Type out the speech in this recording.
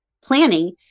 planning